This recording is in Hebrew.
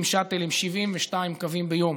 עם שאטלים, 72 קווים ביום